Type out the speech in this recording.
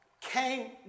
came